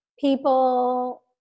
people